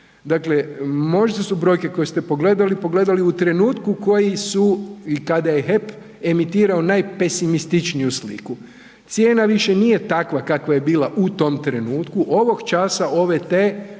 Dakle možda su brojke koje ste pogledali, pogledali u trenutku koji su i kada je HEP emitirao najpesimističniju sliku, cijena više nije takva kakva je bila u tom trenutku, ovog časa OVT ne mora